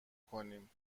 کنیم